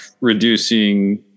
reducing